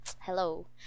hello